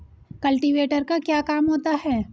Cultivator का क्या काम होता है?